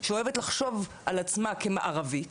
שאוהבת לחשוב על עצמה כמערבית,